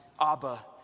Abba